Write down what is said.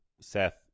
Seth